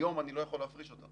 היום אני לא יכול להפריש אותם